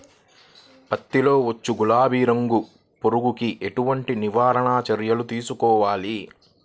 పత్తిలో వచ్చు గులాబీ రంగు పురుగుకి ఎలాంటి నివారణ చర్యలు తీసుకోవాలి?